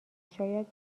شاید